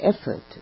effort